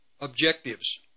objectives